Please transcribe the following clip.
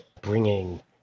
bringing